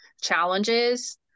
challenges